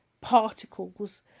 particles